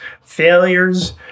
failures